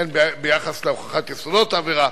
הן ביחס להוכחת יסודות העבירה